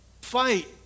Fight